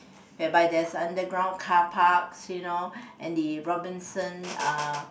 whereby there's underground car parks you know and the Robinson uh